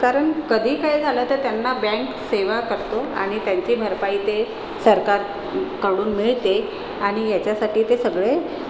कारण कधी काही झालं तर त्यांना बँक सेवा करतो आणि त्यांची भरपाई ते सरकारकडून मिळते आणि याच्यासाठी ते सगळे